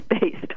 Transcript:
based